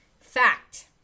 Fact